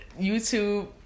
YouTube